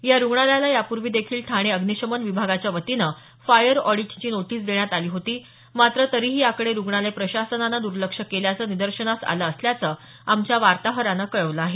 या रुग्णालयाला यापूर्वी देखील ठाणे अग्निशमन विभागाच्या वतीनं फायर ऑडिटची नोटीस देण्यात आली होती मात्र तरीही याकडे रुग्णालय प्रशासनानं दर्लक्ष केल्याचं निदर्शनास आलं असल्याचं आमच्या वार्ताहरानं कळवलं आहे